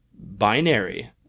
binary